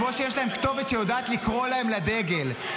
כמו שיש להם כתובת שיודעת לקרוא להם לדגל.